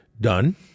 done